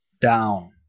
down